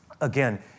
Again